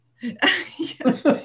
yes